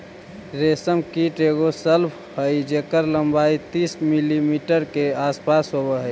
रेशम कीट एगो शलभ हई जेकर लंबाई तीस मिलीमीटर के आसपास होब हई